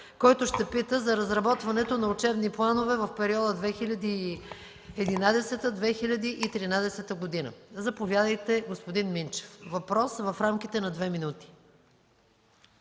относно разработването на учебни планове в периода 2011-2013 г. Заповядайте, господин Минчев – въпрос в рамките на две минути.